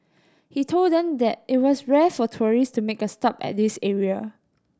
he told them that it was rare for tourist to make a stop at this area